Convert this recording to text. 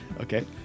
Okay